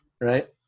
right